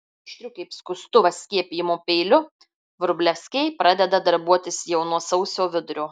aštriu kaip skustuvas skiepijimo peiliu vrublevskiai pradeda darbuotis jau nuo sausio vidurio